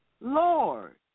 Lord